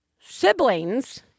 siblings